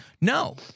No